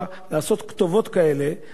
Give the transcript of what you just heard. אז הם פשוט זוכים לאותן כותרות,